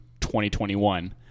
2021